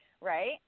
right